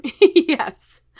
Yes